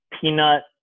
peanut